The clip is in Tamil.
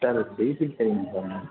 சார் அதுக்கு பேஸிக் தெரியணும் சார் எனக்கு